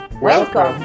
Welcome